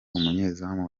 umunyezamu